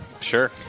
sure